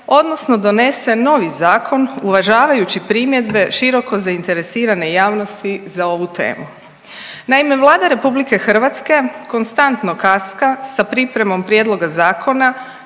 odnosno donese novi zakon uvažavajući primjedbe široko zainteresirane javnosti za ovu temu. Naime, Vlada RH konstantno kaska sa pripremom prijedloga zakona